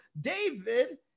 David